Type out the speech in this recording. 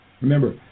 Remember